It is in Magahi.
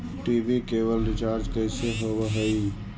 टी.वी केवल रिचार्ज कैसे होब हइ?